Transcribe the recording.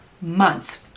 months